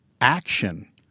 action